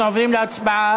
אנחנו עוברים להצבעה.